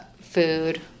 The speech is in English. Food